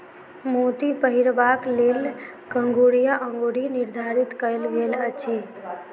मोती पहिरबाक लेल कंगुरिया अंगुरी निर्धारित कयल गेल अछि